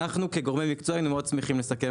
אנחנו כגורמי מקצוע היינו מאוד שמחים לסכם